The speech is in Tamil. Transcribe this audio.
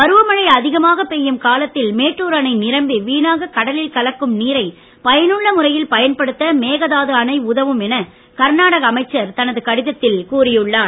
பருவமழை அதிகமாக பெய்யும் காலத்தில் மேட்டுர் அணை நிரம்பிஇ வீணாக கடலில் கலக்கும் நீரை பயனுள்ள முறையில் பயன்படுத்த மேகதாது அணை உதவும் என கர்நாடகா அமைச்சர் தனது கடிதத்தில் கூறியுள்ளார்